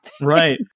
Right